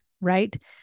right